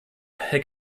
herr